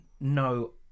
no